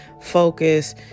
focus